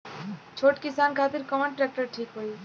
छोट किसान खातिर कवन ट्रेक्टर ठीक होई?